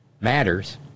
matters